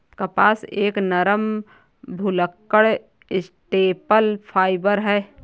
कपास एक नरम, भुलक्कड़ स्टेपल फाइबर है